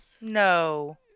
No